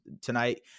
tonight